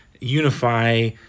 unify